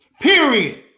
Period